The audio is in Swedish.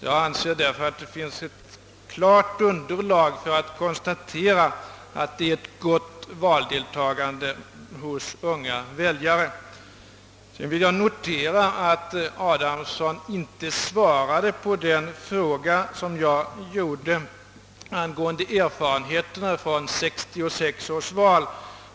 Jag anser därför att det finns ett klart underlag för att konstatera att det är ett gott valdeltagande bland unga väljare. Herr Adamsson svarade inte på den fråga som jag ställde angående erfarenheterna från 1966 års val.